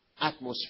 atmosphere